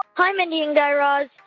hi, mindy and guy raz.